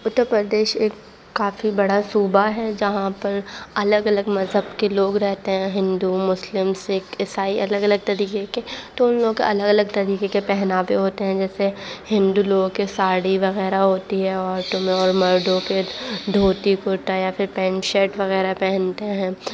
اتّر پردیش ایک کافی بڑا صوبہ ہے جہاں پر الگ الگ مذہب کے لوگ رہتے ہیں ہندو مسلم سکھ عیسائی الگ الگ طریقے کے تو ان لوگ الگ الگ طریقے کے پہناوے ہوتے ہیں جیسے ہندو لوگوں کے ساڑی وغیرہ ہوتی ہے عورتوں میں اور مردوں کے دھوتی کرتا یا پھر پینٹ شرٹ وغیرہ پہنتے ہیں